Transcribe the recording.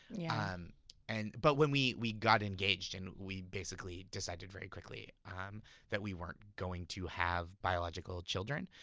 yeah um and but when we we got engaged and we basically decided very quickly um that we weren't going to have biological children.